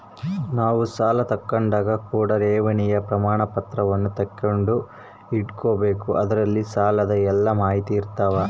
ನಾವು ಸಾಲ ತಾಂಡಾಗ ಕೂಡ ಠೇವಣಿಯ ಪ್ರಮಾಣಪತ್ರವನ್ನ ತೆಗೆದುಕೊಂಡು ಇಟ್ಟುಕೊಬೆಕು ಅದರಲ್ಲಿ ಸಾಲದ ಎಲ್ಲ ಮಾಹಿತಿಯಿರ್ತವ